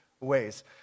ways